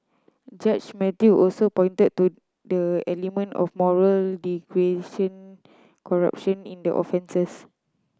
Judge Mathew also pointed to the element of moral degradation corruption in the offences